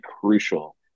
crucial